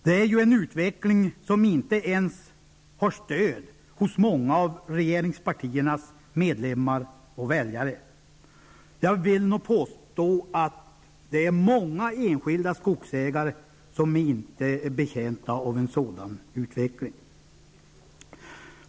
Det är t.o.m. många av regeringspartiernas medlemmar och väljare som inte vill stödja den utvecklingen. Jag vill påstå att det är många enskilda skogsägare som inte är betjänta av en sådan utveckling.